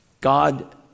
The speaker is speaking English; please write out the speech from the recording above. God